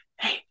Hey